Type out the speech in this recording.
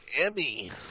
Emmy